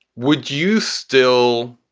would you still.